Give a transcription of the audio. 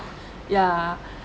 ya